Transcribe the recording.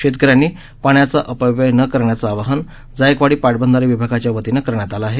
शेतकऱ्यांनी पाण्याचा अपव्यय न करण्याचं आवाहन जायकवाडी पाटबंधारे विभागाच्या वतीनं करण्यात आलं आहे